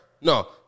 No